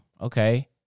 okay